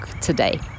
today